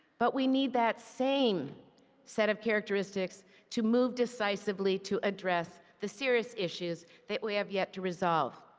but we need that same set of characteristics to move decisively to address the serious issues that we have yet to resolve.